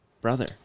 brother